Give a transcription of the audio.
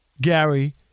Gary